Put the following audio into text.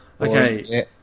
Okay